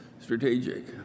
strategic